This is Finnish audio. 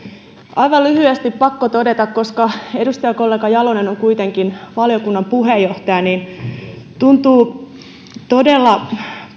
aivan lyhyesti pakko todeta koska edustajakollega jalonen on kuitenkin valiokunnan puheenjohtaja että tuntuu todella